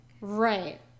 right